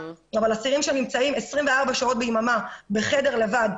אבל אסירים שנמצאים 24 שעות ביממה בחדר לבד,